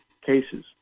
cases